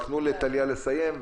רק תנו לטליה לסיים,